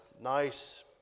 nice